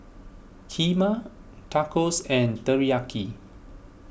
Kheema Tacos and Teriyaki